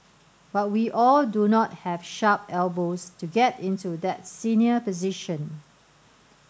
but we all do not have sharp elbows to get into that senior position